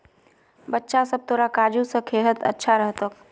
बच्चा सब, तोरा काजू खा सेहत अच्छा रह तोक